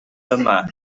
yma